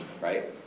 right